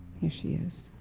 here she is.